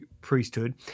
priesthood